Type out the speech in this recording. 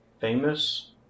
famous